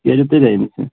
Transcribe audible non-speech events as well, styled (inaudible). (unintelligible)